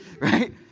right